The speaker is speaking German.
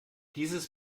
dieses